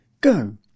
Go